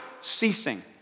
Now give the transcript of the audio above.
ceasing